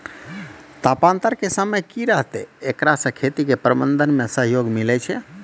तापान्तर के समय की रहतै एकरा से खेती के प्रबंधन मे सहयोग मिलैय छैय?